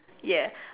ya